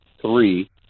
three